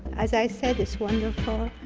as i said, it's wonderful.